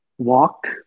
walk